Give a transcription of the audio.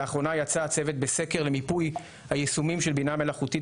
לאחרונה יצא הצוות בסקר למיפוי היישומים של בינה מלאכותית